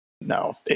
No